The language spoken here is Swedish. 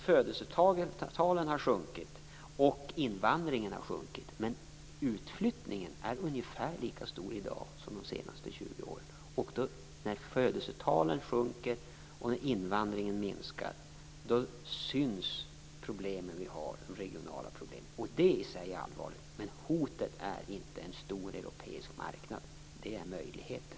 Födelsetalen har sjunkit, och invandringen har sjunkit. Men utflyttning är ungefär lika stor i dag som under de senaste 20 åren. När födelsetalen sjunker och invandringen minskar syns de regionala problem vi har. Det i sig är allvarligt, men hotet är inte en stor europeisk marknad. Den är möjligheten.